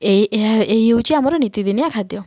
ଏହି ହଉଛି ଆମର ନିତିଦିନିଆ ଖାଦ୍ୟ